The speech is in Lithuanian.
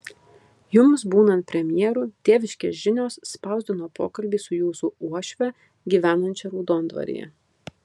jums būnant premjeru tėviškės žinios spausdino pokalbį su jūsų uošve gyvenančia raudondvaryje